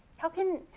how can.